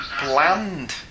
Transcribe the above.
bland